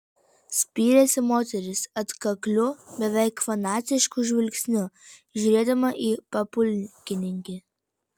spyrėsi moteris atkakliu beveik fanatišku žvilgsniu žiūrėdama į papulkininkį